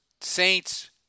Saints